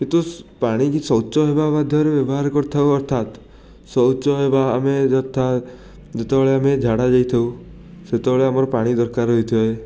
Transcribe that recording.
କିନ୍ତୁ ପାଣିକି ଶୌଚ ହେବା ମାଧ୍ୟମରେ ବ୍ୟବହାର କରିଥାଉ ଅର୍ଥାତ୍ ଶୌଚ ହେବା ଆମେ ଯଥା ଯେତେବେଳେ ଆମେ ଝାଡ଼ା ଯାଇଥାଉ ସେତେବେଳେ ଆମର ପାଣି ଦରକାର ହୋଇଥାଏ